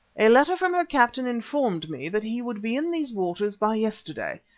a letter from her captain informed me that he would be in these waters by yesterday.